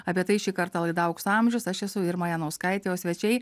apie tai šį kartą laida aukso amžius aš esu irma janauskaitė o svečiai